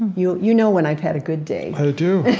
you you know when i've had a good day. i do.